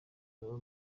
baba